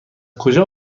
کجا